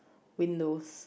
windows